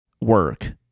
work